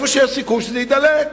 במקום שבו יש סיכוי שזה יידלק.